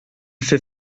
fait